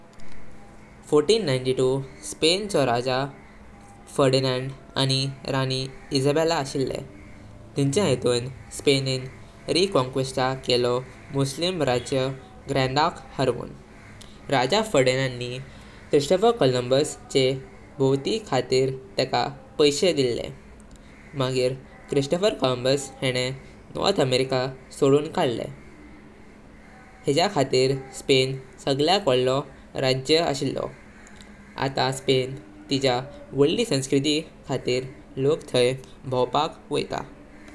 Turkey Europe आणी आशिया चा मोडी पडता। ऑट्टोमन एम्पायर चो राज्य असलो याह जागेर। तींचो राज्य सायसेह वर्षा चललो। तेन्ना इस्तान्बुल क कोंस्तांतीनोपल मांताले। कोंस्तांतीनोपल तेन्ना वापार आणी संस्कृती चो एक वडलो केंद्र अशिलो।